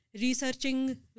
researching